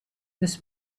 this